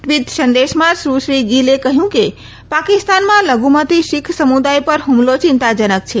tweet સંદેશમાં સુશ્રી ગીલે કહ્યું કે પાકિસ્તાનમાં લધુમતી શીખ સમુદાય પર હુમલો ચિંતાજનક છે